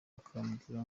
akambwira